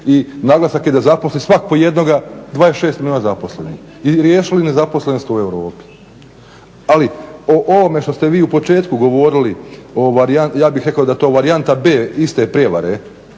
i naglasak je da zaposli svak' po jednog, 26 milijuna zaposlenih i riješili nezaposlenost u Europi. Ali o ovome što ste vi u početku govorili, ja bih rekao da to varijanta B iste prijevare,